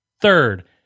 third